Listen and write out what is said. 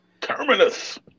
Terminus